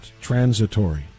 transitory